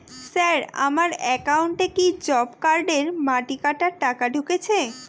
Sir আমার একাউন্টে কি জব কার্ডের মাটি কাটার টাকা ঢুকেছে?